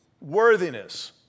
worthiness